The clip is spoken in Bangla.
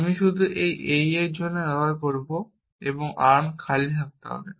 আমি শুধু এই AE এর জন্য ব্যবহার করব এবং আর্ম খালি হতে হবে